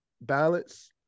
balance